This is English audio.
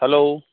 hello